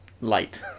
light